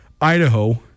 Idaho